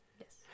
Yes